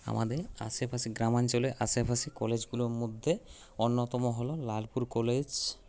আমাদের আশেপাশে গ্রামাঞ্চলের আশেপাশে কলেজগুলোর মধ্যে অন্যতম হল লালপুর কলেজ